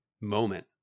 moment